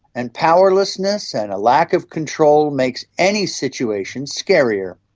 and powerlessness and a lack of control makes any situation scarier.